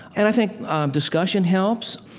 and i think discussion helps.